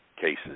cases